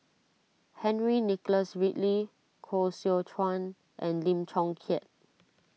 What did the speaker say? Henry Nicholas Ridley Koh Seow Chuan and Lim Chong Keat